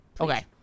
Okay